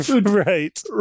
Right